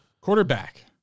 Quarterback